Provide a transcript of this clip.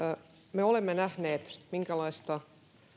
me olemme nähneet mikänlaista